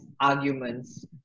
arguments